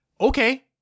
Okay